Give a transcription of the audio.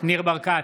ניר ברקת,